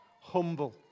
humble